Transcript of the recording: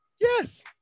Yes